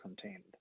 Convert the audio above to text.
contained